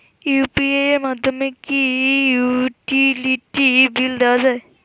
UPI এর মাধ্যমে কি ইউটিলিটি বিল দেওয়া যায়?